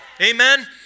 Amen